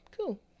Cool